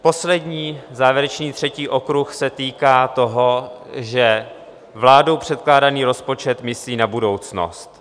Poslední, závěrečný, třetí okruh se týká toho, že vládou předkládaný rozpočet myslí na budoucnost.